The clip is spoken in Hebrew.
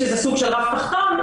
סוג של רף תחתון.